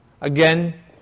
again